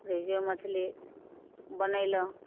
रेहुए मछली बनेलहुँ